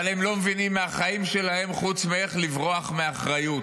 אבל הם לא מבינים מהחיים שלהם חוץ מאיך לברוח מאחריות.